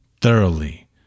thoroughly